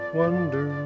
wonder